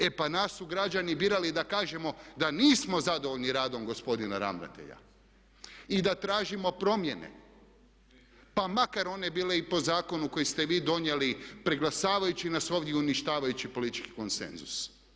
E pa nas su građani birali da kažemo da nismo zadovoljni radom gospodina ravnatelja i da tražimo promjene, pa makar one bile i po zakonu koji ste vi donijeli preglasavajući nas ovdje i uništavajući politički konsenzus.